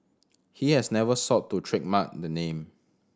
he has never sought to trademark the name